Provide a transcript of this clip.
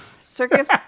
circus